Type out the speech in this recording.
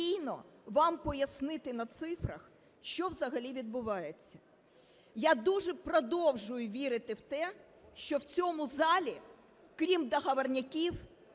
спокійно вам пояснити на цифрах, що взагалі відбувається. Я дуже продовжую вірити в те, що в цьому залі, крім договорняків,